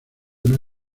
una